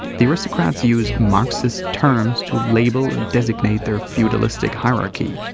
the aristocrats use marxist terms to label and designate their feudalistic hierarchy,